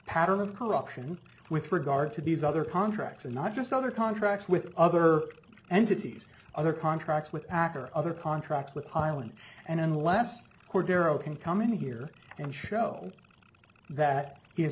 pattern of corruption with regard to these other contracts and not just other contracts with other entities other contracts with iraq or other contracts with highly and in the last where darrow can come in here and show that he is